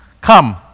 Come